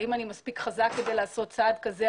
האם אני מספיק חזק כדי לעשות צעד כזה,